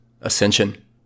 Ascension